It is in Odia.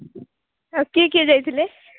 ଆଉ କିଏ କିଏ ଯାଇଥିଲେ